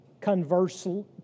conversely